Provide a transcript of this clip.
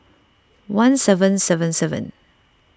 one seven seven seven